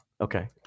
Okay